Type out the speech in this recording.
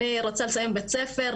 אני רוצה לסיים את בית הספר,